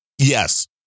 Yes